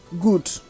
good